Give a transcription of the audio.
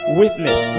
witness